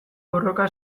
borroka